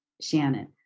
Shannon